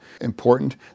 important